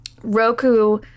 Roku